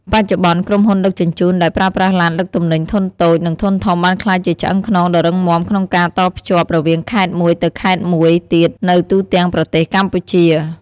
បច្ចុប្បន្ន ក្រុមហ៊ុនដឹកជញ្ជូនដែលប្រើប្រាស់ឡានដឹកទំនិញធុនតូចនិងធុនធំបានក្លាយជាឆ្អឹងខ្នងដ៏រឹងមាំក្នុងការតភ្ជាប់រវាងខេត្តមួយទៅខេត្តមួយទៀតនៅទូទាំងប្រទេសកម្ពុជា។